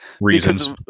reasons